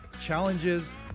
challenges